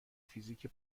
فیزیک